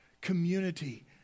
community